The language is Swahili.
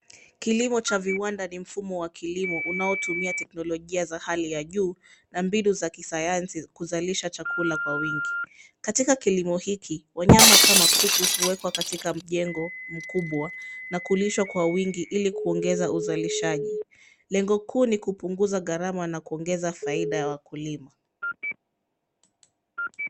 Kilimo cha viwanda ni mfumo wa kilimo unaotumia teknokojia za hali ya juu na mbinu za Kisayansi kuzalisha chakula kwa wingi. Katika kilimo hiki, wanyama kama kuku huwekwa katika mjengo mkubwa na kulishwa kwa wingi ilikuongeza uzalishaji. Lengo kuu ni kupunguza gharama na kuongeza faida ya wakulima.